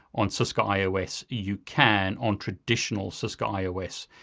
on cisco ios. you can on traditional cisco ios.